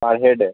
পার হেডে